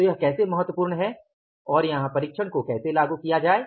तो यह कैसे महत्वपूर्ण है और यहां परिक्षण कैसे लागू किया जाए